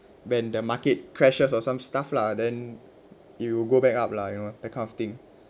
when the market crashes or some stuff lah then you go back up lah you know that kind of thing